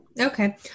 Okay